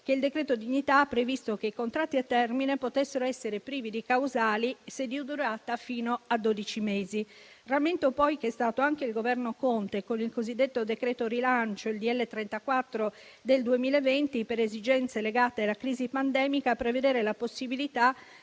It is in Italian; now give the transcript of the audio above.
che il decreto dignità ha previsto che i contratti a termine potessero essere privi di causali se di durata fino a dodici mesi. Rammento poi che è stato anche il Governo Conte, con il decreto-legge n. 34 del 2020, cosiddetto decreto rilancio, per esigenze legate alla crisi pandemica, a prevedere la possibilità